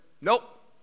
nope